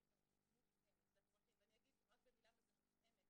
התערבות מותאמת לצרכים ואני אגיד רק במילה מה זה מותאמת,